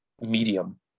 medium